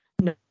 no